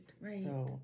right